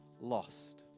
lost